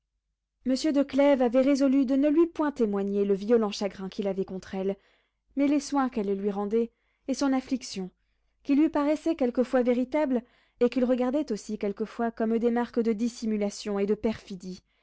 monsieur de clèves avait résolu de ne lui point témoigner le violent chagrin qu'il avait contre elle mais les soins qu'elle lui rendait et son affliction qui lui paraissait quelquefois véritable et qu'il regardait aussi quelquefois comme des marques de dissimulation et de perfidie